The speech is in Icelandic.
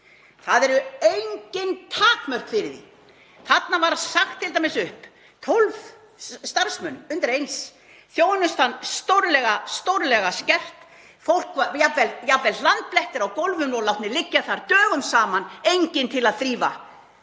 Það eru engin takmörk fyrir því. Þarna var t.d. sagt upp 12 starfsmönnum, undir eins, þjónustan stórlega skert, jafnvel hlandblettir á gólfum og látnir liggja þar dögum saman, enginn til að þrífa